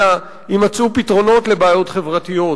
אלא יימצאו פתרונות לבעיות חברתיות